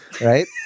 right